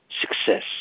success